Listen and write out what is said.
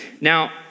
Now